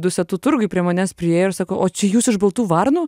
dusetų turguj prie manęs priėjo ir sako o čia jūs iš baltų varnų